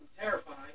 terrifying